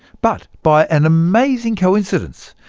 but by an amazing coincidence,